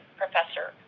professor